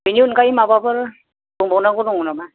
बेनि अनगायै माबाफोर बुंबावनांगौ दंबावो नामा